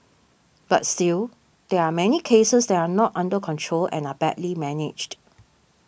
but still there are many cases that are not under control and are badly managed